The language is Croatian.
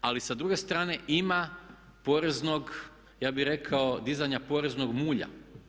Ali sa druge strane ima poreznog, ja bih rekao dizanja poreznog mulja.